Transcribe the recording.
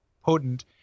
potent